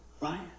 Right